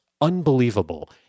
unbelievable